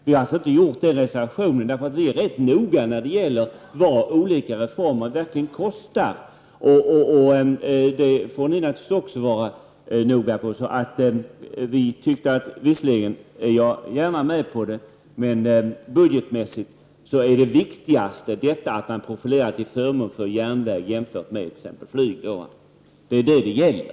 Vi har inte gjort den reservationen, därför att vi är noga när det gäller vad olika reformer verkligen kostar. Ni får också vara noga. Det viktigaste är att man profilerar sig till förmån för järnväg jämfört med t.ex. flyg. Det är det som det gäller.